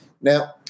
Now